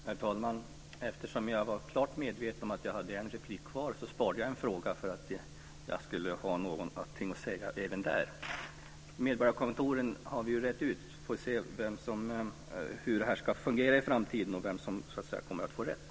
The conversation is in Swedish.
Herr talman! Eftersom jag var klart medveten om att jag hade en replik kvar sparade jag en fråga för att ha något att säga även i den repliken. Det här med medborgarkontor har vi ju rett ut. Sedan får vi se hur detta ska fungera i framtiden och vem som så att säga kommer att få rätt.